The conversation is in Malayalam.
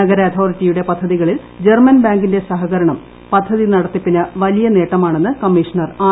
നഗര അതോറിറ്റിയുടെ പദ്ധതികളിൽ ജർമ്മൻ ബാങ്കിന്റെ സഹകരണം പദ്ധതി നടത്തിപ്പിന് വലിയ നേട്ടമാണെന്ന് കമ്മീഷണർ ആർ